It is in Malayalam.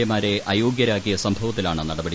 എ മാരെ അയോഗ്യരാക്കിയു സ്പുംഭവത്തിലാണ് നടപടി